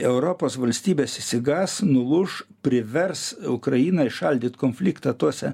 europos valstybės išsigąs nulūš privers ukrainą įšaldyt konfliktą tose